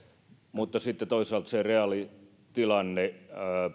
mutta sitten toisaalta se reaalitilanne